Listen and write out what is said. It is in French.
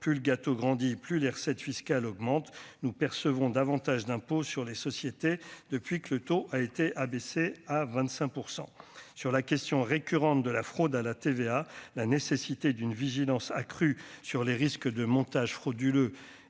plus gâteau grandit, plus les recettes fiscales augmentent, nous percevons davantage d'impôt sur les sociétés, depuis que le taux a été abaissé à 25 % sur la question récurrente de la fraude à la TVA, la nécessité d'une vigilance accrue sur les risques de montages frauduleux